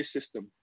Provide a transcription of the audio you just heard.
system